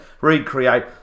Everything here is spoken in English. recreate